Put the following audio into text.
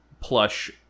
plush